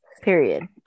Period